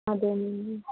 అదేనండి